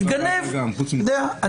אתה יודע,